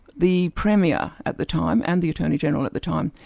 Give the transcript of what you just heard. the premier at the time, and the attorney-general at the time,